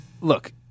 look